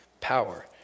power